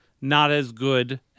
not-as-good